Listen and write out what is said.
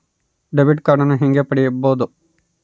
Debit ಕಾರ್ಡನ್ನು ಹೇಗೆ ಪಡಿಬೋದು?